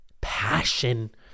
passion